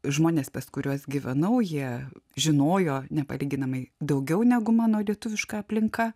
žmonės pas kuriuos gyvenau jie žinojo nepalyginamai daugiau negu mano lietuviška aplinka